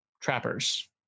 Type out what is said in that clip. trappers